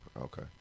Okay